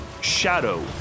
shadow